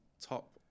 top